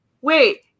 Wait